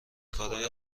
کارای